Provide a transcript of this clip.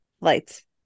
lights